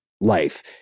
life